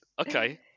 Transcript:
Okay